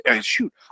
Shoot